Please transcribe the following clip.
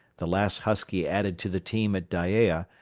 the last husky added to the team at dyea,